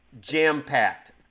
jam-packed